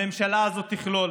הממשלה הזאת תכלול